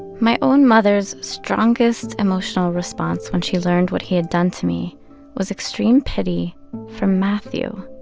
my own mother's strongest emotional response when she learned what he had done to me was extreme pity for mathew.